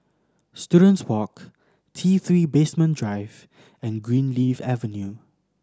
Students Walk T Three Basement Drive and Greenleaf Avenue